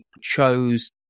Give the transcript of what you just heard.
chose